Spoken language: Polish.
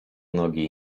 nogi